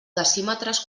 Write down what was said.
decímetres